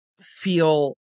feel